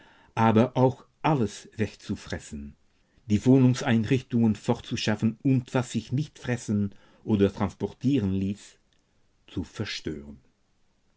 aber auch alles wegzufressen die wohnungseinrichtungen fortzuschaffen und was sich nicht fressen oder transportieren ließ zu zerstören